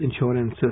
insurance